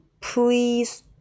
please